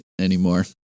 anymore